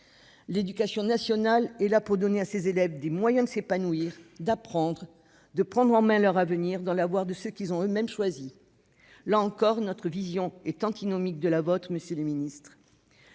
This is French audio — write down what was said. l'éducation nationale est de donner aux élèves les moyens de s'épanouir, d'apprendre et de prendre en main leur avenir, dans la voie qu'ils ont eux-mêmes choisie. Là encore, notre vision est antinomique de la vôtre, monsieur le ministre.